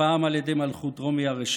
והפעם על ידי מלכות רומי הרשעה.